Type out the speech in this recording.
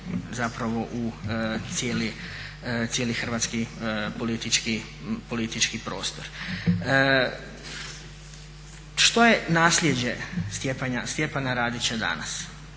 utkane u cijeli hrvatski politički prostor. Što je nasljeđe Stjepana Radića danas?